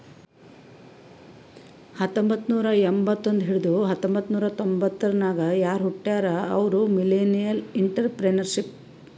ಹತ್ತಂಬೊತ್ತ್ನೂರಾ ಎಂಬತ್ತೊಂದ್ ಹಿಡದು ಹತೊಂಬತ್ತ್ನೂರಾ ತೊಂಬತರ್ನಾಗ್ ಯಾರ್ ಹುಟ್ಯಾರ್ ಅವ್ರು ಮಿಲ್ಲೆನಿಯಲ್ಇಂಟರಪ್ರೆನರ್ಶಿಪ್